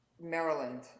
Maryland